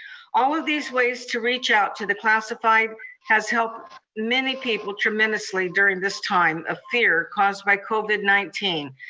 all of these ways to reach out to the classified has helped many people tremendously during this time of fear caused by covid nineteen.